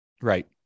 Right